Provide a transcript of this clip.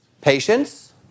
Patience